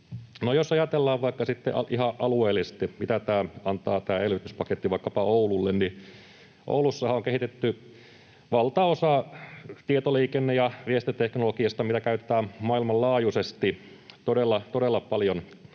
sitten ihan alueellisesti, mitä tämä elvytyspaketti antaa vaikkapa Oululle. Oulussahan on kehitetty valtaosa maan tietoliikenne‑ ja viestintäteknologiasta, mitä käytetään maailmanlaajuisesti, todella paljon